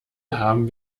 haben